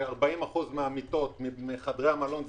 כש-40% מחדרי המלון סגורים,